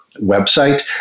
website